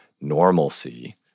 normalcy